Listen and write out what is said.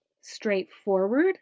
straightforward